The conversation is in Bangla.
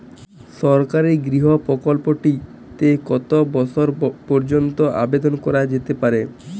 সরকারি গৃহ প্রকল্পটি তে কত বয়স পর্যন্ত আবেদন করা যেতে পারে?